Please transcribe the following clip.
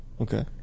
Okay